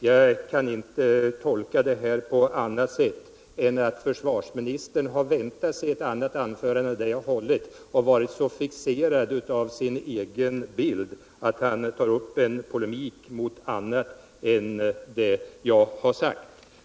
Jag kan inte tolka försvarsministerns anförande på annat sätt än att han väntat sig ett annat anförande än det jag hållit och varit så fixerad av sin egen bild att han tagit upp en polemik mot något annat än det jag har sagt.